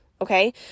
Okay